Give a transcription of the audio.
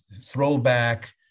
throwback